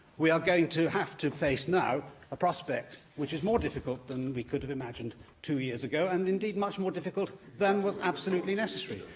we are going to have to face now a prospect that is more difficult than we could have imagined two years ago, and indeed much more difficult than was absolutely necessary.